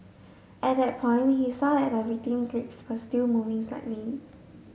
at that point he saw that the victim's legs were still moving slightly